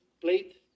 plate